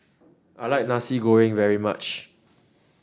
I like Nasi Goreng very much